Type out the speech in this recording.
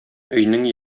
өйнең